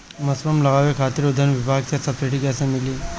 Mushroom लगावे खातिर उद्यान विभाग से सब्सिडी कैसे मिली?